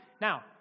Now